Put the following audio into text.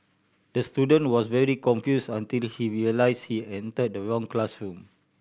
the student was very confused until he realised he entered the wrong classroom